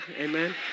Amen